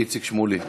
איציק שמולי,